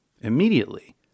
Immediately